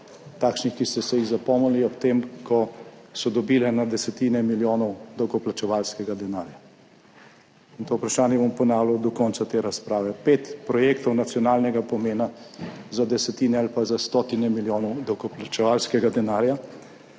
takšnih, ki ste si jih zapomnili ob tem, ko so dobile na desetine milijonov davkoplačevalskega denarja. In to vprašanje bom ponavljal do konca te razprave. Pet projektov nacionalnega pomena za desetine ali pa za stotine milijonov davkoplačevalskega denarja